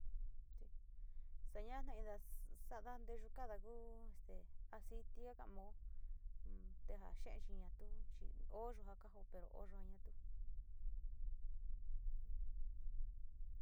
Se ñaa taida sa´ada nteyu kaada ku este aciti ka´a mao, te ja xe´e jiatu chi o yuja kahoo pero o yuja jiatu.